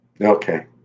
Okay